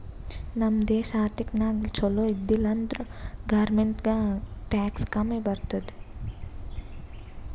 ನಮ್ ದೇಶ ಆರ್ಥಿಕ ನಾಗ್ ಛಲೋ ಇದ್ದಿಲ ಅಂದುರ್ ಗೌರ್ಮೆಂಟ್ಗ್ ಟ್ಯಾಕ್ಸ್ ಕಮ್ಮಿ ಬರ್ತುದ್